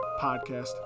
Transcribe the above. Podcast